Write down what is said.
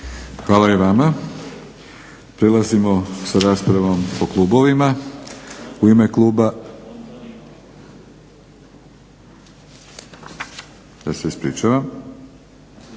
Hvala i vama. Prelazimo sa raspravom po klubovima. U ime kluba … /Upadica